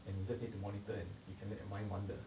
and you just need to monitor and you can let your mind wander